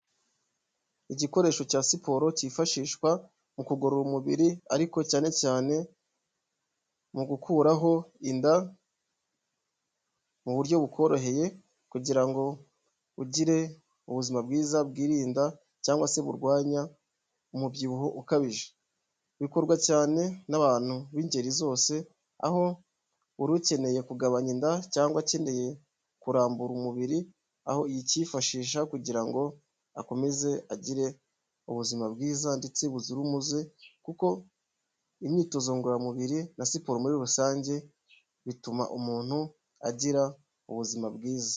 Igikoresho cya siporo cyifashishwa mu kugorora umubiri ariko cyane cyane mu gukuraho inda mu buryo bukoroheye, kugira ngo ugire ubuzima bwiza bwirinda cyangwa se burwanya umubyibuho ukabije, bikorwa cyane n'abantu b'ingeri zose, aho buri ukeneye kugabanya inda cyangwa akeneye kurambura umubiri, aho yakifashisha kugira ngo akomeze agire ubuzima bwiza, ndetse buzira umuze kuko imyitozo ngororamubiri na siporo muri rusange bituma umuntu agira ubuzima bwiza.